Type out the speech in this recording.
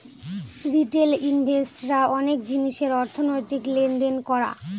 retail invest রা অনেক জিনিসের অর্থনৈতিক লেনদেন করা